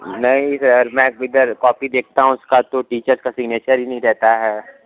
नहीं सर मैं इधर कॉपी देखता हूँ उसका तो टीचर का सिग्नेचर ही नहीं रहता है